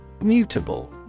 Mutable